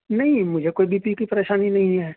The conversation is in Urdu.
نہیں مجھے کوئی بی پی کی پریشانی نہیں ہے